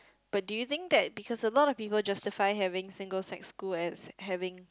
but do you think that because a lot of people justify having single sex school as having